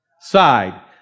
side